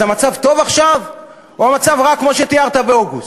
אז המצב טוב עכשיו או שהמצב רע כמו שתיארת באוגוסט?